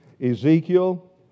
Ezekiel